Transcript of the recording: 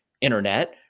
internet